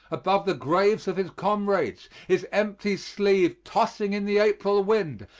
above the graves of his comrades, his empty sleeve tossing in the april wind,